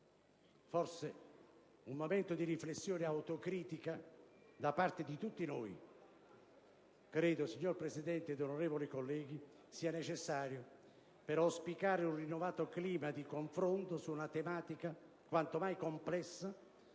forse un momento di riflessione e autocritica da parte di tutti, signora Presidente e onorevoli colleghi, sia necessario per auspicare un rinnovato clima di confronto su una tematica quanto mai complessa